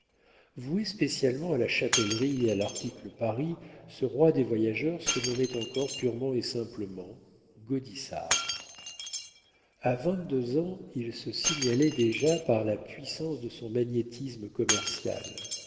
spécialement à la chapellerie et à l'article paris ce roi des voyageurs se nommait encore purement et simplement gaudissart a vingt-deux ans il se signalait déjà par la puissance de son magnétisme commercial